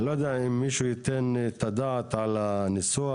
אני לא יודע אם מישהו ייתן את הדעת על הנוסח